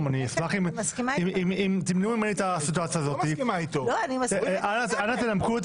רק אתמול פרסמה חברת